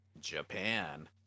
Japan